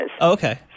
Okay